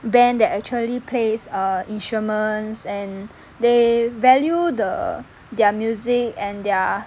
band that actually plays err instruments and they value the their music and their